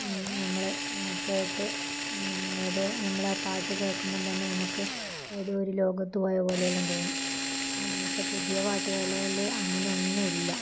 നമ്മള് കേട്ട് ഏതോ നമ്മുടെ പാട്ട് കേൾക്കുമ്പം തന്നെ നമുക്ക് ഏതോ ഒരു ലോകത്ത് പോയപോലെയെല്ലാം തോന്നും ആ പക്ഷേ പുതിയ പാട്ടുകളില് അങ്ങനെ ഒന്നും ഇല്ല